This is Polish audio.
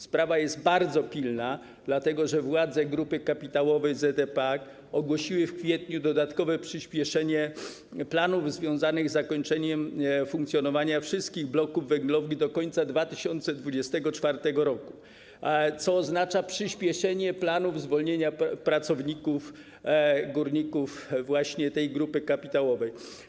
Sprawa jest bardzo pilna, dlatego że władze grupy kapitałowej ZE PAK ogłosiły w kwietniu dodatkowe przyśpieszenie planów związanych z zakończeniem funkcjonowania wszystkich bloków węglowni do końca 2024 r., co oznacza przyśpieszenie planów zwolnienia pracowników, górników właśnie tej grupy kapitałowej.